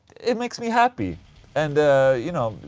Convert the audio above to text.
it makes me happy and ah you know,